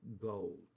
gold